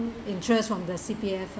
interest from the C_P_F